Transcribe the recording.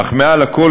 אך מעל הכול,